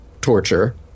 torture